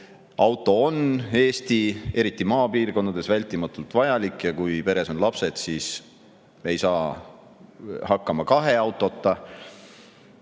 Auto on eriti Eesti maapiirkondades vältimatult vajalik, ja kui peres on lapsed, siis ei saa hakkama kahe autota.